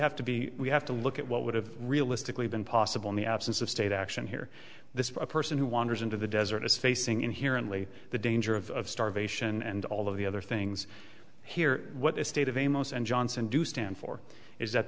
have to be we have to look at what would have realistically been possible in the absence of state action here this is a person who wanders into the desert is facing inherently the danger of starvation and all of the other things here what a state of a most and johnson do stand for is that